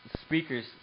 speakers